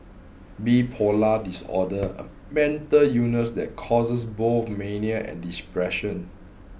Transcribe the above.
bipolar disorder a mental illness that causes both mania and depression